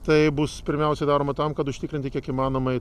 tai bus pirmiausia daroma tam kad užtikrinti kiek įmanoma